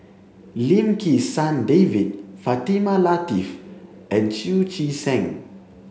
Lim Kim San David Fatimah Lateef and Chu Chee Seng